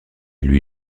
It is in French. lui